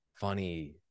funny